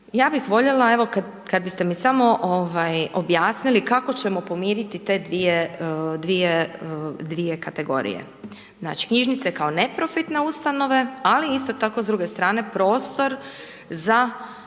Ja bih voljela, evo kad biste mi samo objasnili, kako ćemo pomiriti te dvije kategorije, znači knjižnice kao neprofitne ustanove, ali isto tako s druge strane prostor za